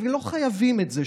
לא חייבים את זה.